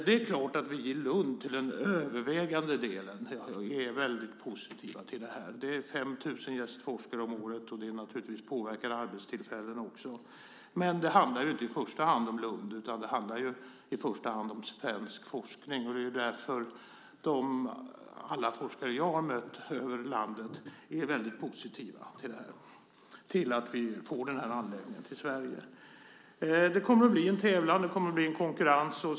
Det är klart att vi i Lund till övervägande del är väldigt positiva till det här. Det är 5 000 gästforskare om året, och det påverkar naturligtvis arbetstillfällena också. Men det handlar inte i första hand om Lund utan det handlar om svensk forskning. Det är därför alla forskare jag har mött över hela landet är väldigt positiva till att vi får den här anläggningen till Sverige. Det kommer att bli en tävlan. Det kommer att bli konkurrens.